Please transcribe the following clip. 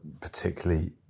particularly